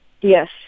Yes